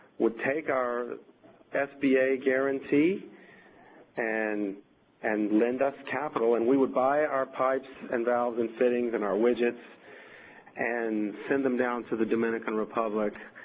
would take our sba guarantee and and lend us capital, and we would buy our pipes and valves and fittings and our widgets and send them down to the dominican republic,